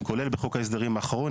כולל בחוק ההסדרים האחרון.